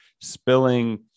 spilling